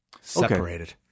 Separated